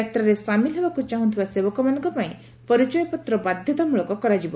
ଯାତ୍ରାରେ ସାମିଲ ହେବାକୁ ଚାହୁଁଥିବା ସେବକମାନଙ୍କ ପାଇଁ ପରିଚୟ ପତ୍ର ବାଧ୍ଘତାମ୍ଳକ କରାଯିବ